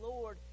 Lord